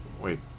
wait